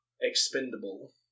expendable